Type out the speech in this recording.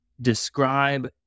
describe